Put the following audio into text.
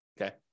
okay